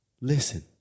listen